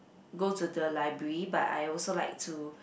go to the library but I also like to